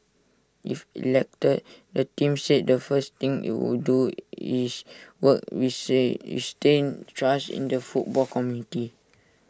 if elected the team said the first thing IT would do is work re say reinstate trust in the football community